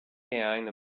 behind